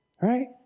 Right